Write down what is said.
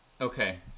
okay